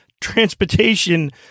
Transportation